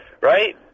right